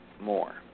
more